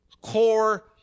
core